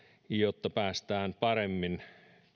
jotta päästään paremmin